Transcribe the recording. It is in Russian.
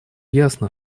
ясно